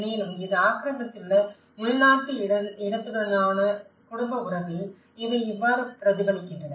மேலும் இது ஆக்கிரமித்துள்ள உள்நாட்டு இடத்துடனான குடும்ப உறவில் இவை இவ்வாறு பிரதிபலிக்கின்றன